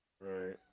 Right